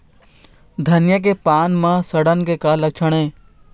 धनिया के पान म सड़न के का लक्षण ये?